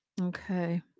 Okay